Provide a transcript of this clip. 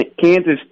Kansas